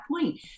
point